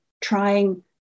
trying